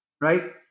right